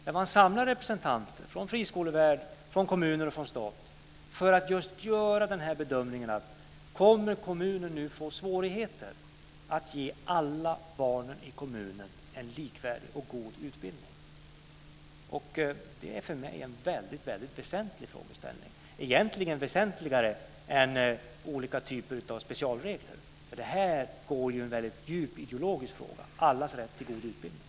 Där kan man samla representanter från friskolevärld, från kommuner och från stat för att just göra en bedömning av om kommunen kommer att få svårigheter att ge alla barn i kommunen en likvärdig och god utbildning. Det är för mig en väldigt väsentlig frågeställning. Den är egentligen mer väsentlig än olika typer av specialregler. Det här är en väldigt djup ideologisk fråga: allas rätt till god utbildning.